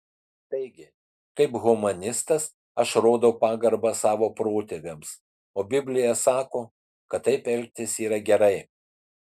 taigi kaip humanistas aš rodau pagarbą savo protėviams o biblija sako kad taip elgtis yra gerai